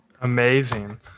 amazing